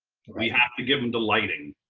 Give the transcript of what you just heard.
we have to give them the lighting.